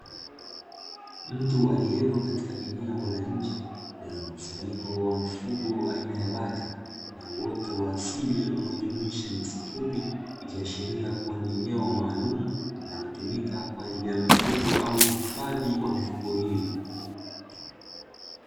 Mtu aliepo katika eneo la nje lenye mkusanyiko wa mifugo aina ya bata na uoto wa asili unaojumuisha nyasi fupi ikiashiria kuwa ni eneo maalumu linalotumika kwaajili ya mifugo au hifadhi ya mifugo hiyo.